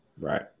Right